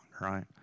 right